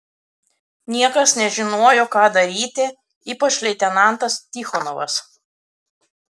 niekas nežinojo ką daryti ypač leitenantas tichonovas